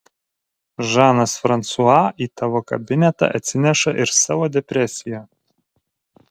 žanas fransua į tavo kabinetą atsineša ir savo depresiją